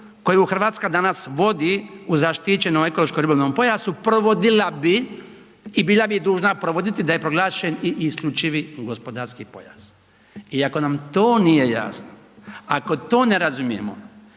koju RH danas vodi u zaštićenom ekološko ribolovnom pojasu, provodila bi i bila bi dužna provoditi da je proglašen i isključivi gospodarski pojas. I ako nam to nije jasno, ako to ne razumijemo